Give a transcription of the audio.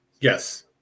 Yes